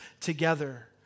together